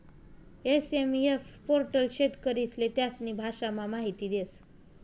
SMF portal शेतकरीस्ले त्यास्नी भाषामा माहिती देस